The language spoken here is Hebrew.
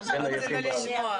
אחד מהיפים בארץ.